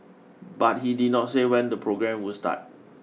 but he did not say when the programme would start